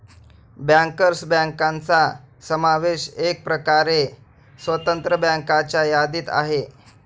bankers बँकांचा समावेश एकप्रकारे स्वतंत्र बँकांच्या यादीत आहे